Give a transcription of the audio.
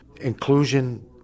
Inclusion